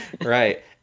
Right